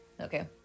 okay